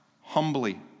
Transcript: humbly